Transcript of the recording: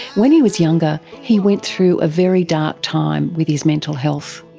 when he was younger, he went through a very dark time with his mental health.